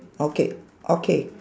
okay okay